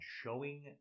showing